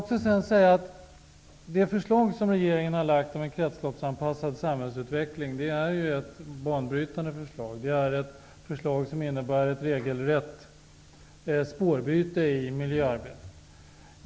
Det förslag som regeringen har lagt om en kretsloppsanpassad samhällsutveckling är ett banbrytande förslag, som innebär ett regelrätt spårbyte i miljöarbetet.